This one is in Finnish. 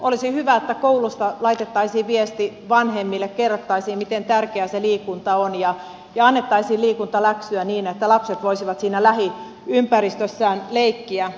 olisi hyvä että koulusta laitettaisiin viesti vanhemmille kerrottaisiin miten tärkeää se liikunta on ja annettaisiin liikuntaläksyä niin että lapset voisivat siinä lähiympäristössään leikkiä